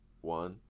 one